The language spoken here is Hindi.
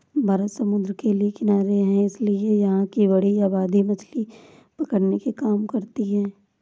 भारत समुद्र के किनारे है इसीलिए यहां की बड़ी आबादी मछली पकड़ने के काम करती है